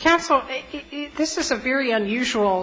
castle this is a very unusual